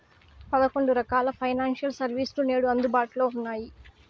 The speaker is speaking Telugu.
పదకొండు రకాల ఫైనాన్షియల్ సర్వీస్ లు నేడు అందుబాటులో ఉన్నాయి